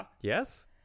yes